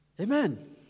Amen